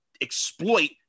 exploit